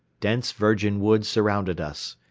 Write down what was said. dense virgin wood surrounded us.